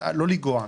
לא לנגוע.